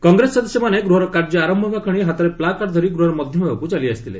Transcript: କଂଗ୍ରେସ ସଦସ୍ୟମାନେ ଗୃହର କାର୍ଯ୍ୟ ଆରମ୍ଭ ହେବାକ୍ଷଣି ହାତରେ ପ୍ଲାକାର୍ଡ଼ ଧରି ଗୃହର ମଧ୍ୟଭାଗକୁ ଚାଲିଆସିଥିଲେ